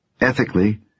Ethically